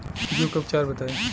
जूं के उपचार बताई?